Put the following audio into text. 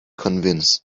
convince